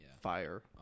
fire